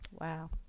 Wow